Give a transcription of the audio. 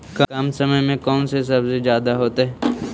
कम समय में कौन से सब्जी ज्यादा होतेई?